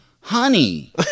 honey